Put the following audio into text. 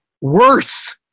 worse